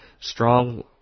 strong